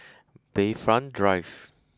Bayfront Drive